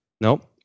Nope